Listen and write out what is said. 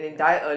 yeah